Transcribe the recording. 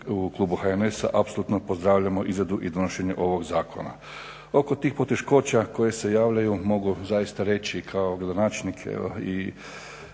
HNS-a apsolutno pozdravljamo izradu i donošenje ovog Zakona. Oko tih poteškoća koje se javljaju mogu zaista reći kao gradonačelnik,